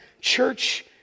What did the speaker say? church